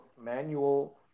manual